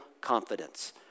confidence